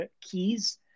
keys